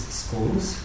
schools